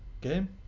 Game